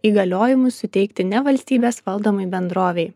įgaliojimus suteikti ne valstybės valdomai bendrovei